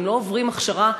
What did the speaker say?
והם לא עוברים הכשרה,